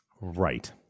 Right